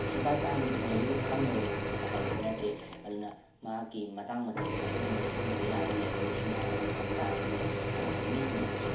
ꯁꯨꯡꯄꯥꯏ ꯄꯥꯏꯅꯨ ꯇꯦꯛꯅꯣꯂꯣꯖꯤꯗꯣ ꯈꯪꯉꯔꯣꯏ ꯍꯥꯏꯕꯗꯤ ꯅꯠꯇꯦ ꯑꯗꯨꯅ ꯃꯍꯥꯛꯀꯤ ꯃꯇꯥꯡ ꯃꯇꯝꯒꯤ ꯃꯇꯨꯡ ꯏꯟꯅ ꯁꯤꯖꯤꯟꯅꯕ ꯌꯥꯕ ꯂꯦꯕꯦꯜꯗꯨ ꯁꯤꯖꯤꯟꯅꯍꯜꯂꯒ ꯊꯝꯕ ꯇꯔꯒꯗꯤ ꯌꯥꯝ ꯐꯒꯅꯤ ꯍꯥꯏꯅ ꯂꯧꯖꯩ